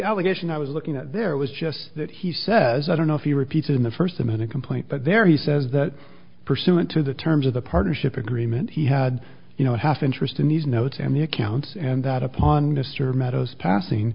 allegation i was looking at there was just that he says i don't know if you repeat in the first a minute complaint but there he says that pursuant to the terms of the partnership agreement he had you know a half interest in these notes and the accounts and that upon mr meadows passing